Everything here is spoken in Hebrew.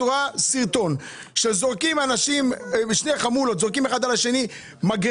את רואה סרטון בו שתי חמולות זורקות אחת על השנייה מגרפות,